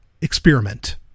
experiment